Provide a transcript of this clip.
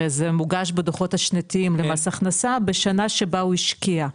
הרי זה מוגש בדוחות השנתיים למס הכנסה בשנה שבה הוא השקיע,